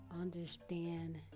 understand